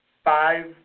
Five